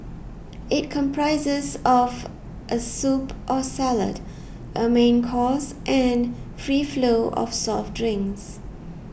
it comprises of a soup or salad a main course and free flow of soft drinks